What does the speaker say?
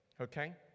okay